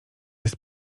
jest